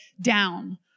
down